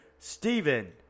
Stephen